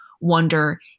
wonder